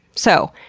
so,